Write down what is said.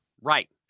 Right